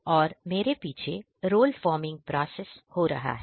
और मेरे पीछे रोल फॉर्मिंग प्रोसेस हो रहा है